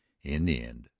in the end,